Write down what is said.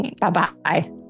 Bye-bye